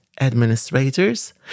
administrators